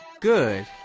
good